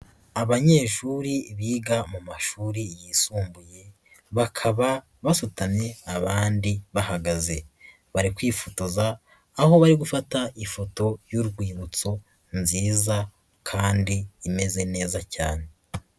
Abanyeshuri biga mu mashuri yisumbuye bakaba basutamye abandi bahagaze, bari kwifotoza aho bari gufata ifoto y'urwibutso nziza kandi imeze neza cyane.